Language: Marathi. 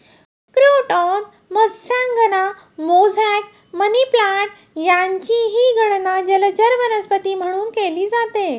क्रोटॉन मत्स्यांगना, मोझॅक, मनीप्लान्ट यांचीही गणना जलचर वनस्पती म्हणून केली जाते